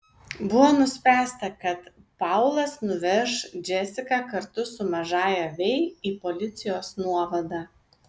buvo nuspręsta kad paulas nuveš džesiką kartu su mažąja vei į policijos nuovadą